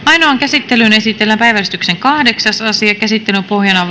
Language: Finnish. ainoaan käsittelyyn esitellään päiväjärjestyksen kahdeksas asia käsittelyn pohjana